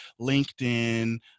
LinkedIn